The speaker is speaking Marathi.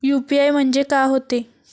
यू.पी.आय म्हणजे का होते?